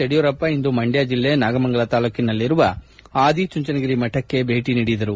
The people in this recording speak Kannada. ಯಡಿಯೂರಪ್ಪ ಇಂದು ಮಂಡ್ಯ ಜಿಲ್ಲೆ ನಾಗಮಂಗಲ ತಾಲ್ಲೂಕಿನಲ್ಲಿರುವ ಆದಿಚುಂಚನಗಿರಿ ಮಠಕ್ಕೆ ಭೇಟಿ ನೀಡಿದರು